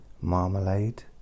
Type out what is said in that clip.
marmalade